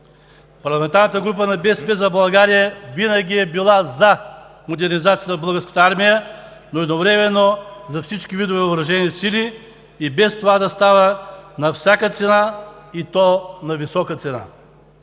Парламентарната група на „БСП за България“ винаги е била за модернизацията на Българската армия, но едновременно за всички видове въоръжени сили и без това да става на всяка цена, и то на висока цена.